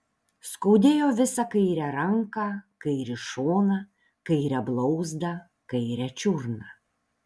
skaudėjo visą kairę ranką kairį šoną kairę blauzdą kairę čiurną